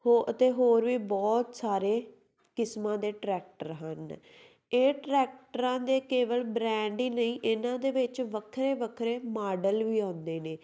ਹੋ ਅਤੇ ਹੋਰ ਵੀ ਬਹੁਤ ਸਾਰੇ ਕਿਸਮਾਂ ਦੇ ਟਰੈਕਟਰ ਹਨ ਇਹ ਟਰੈਕਟਰਾਂ ਦੇ ਕੇਵਲ ਬ੍ਰੈਂਡ ਹੀ ਨਹੀਂ ਇਹਨਾਂ ਦੇ ਵਿੱਚ ਵੱਖਰੇ ਵੱਖਰੇ ਮਾਡਲ ਵੀ ਆਉਂਦੇ ਨੇ